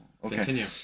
Continue